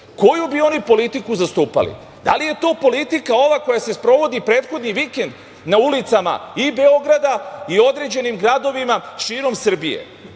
koju bi oni politiku zastupali? Da li je to politika ova koja se sprovodi prethodni vikend na ulicama i Beograda i u određenim gradovima širom Srbije?